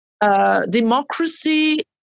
democracy